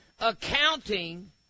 Accounting